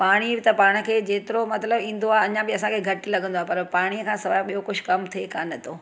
पाणी त पाण खे जेतिरो मतिलबु ईंदो आहे अञा बि असांखे घटि लॻंदो आहे पर पाणी खां सवाइ ॿियों कुछ कमु थिए कोनि थो